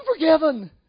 forgiven